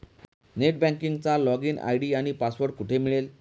Net बँकिंगचा login ID आणि password कुठे मिळेल?